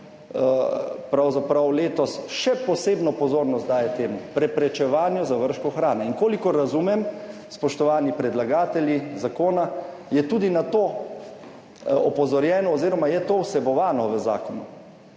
pravzaprav letos še posebno pozornost daje temu preprečevanju zavržkov hrane. In kolikor razumem, spoštovani predlagatelji zakona, je tudi na to opozorjeno oziroma je to vsebovano v zakonu.